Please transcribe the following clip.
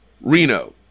reno